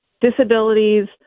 disabilities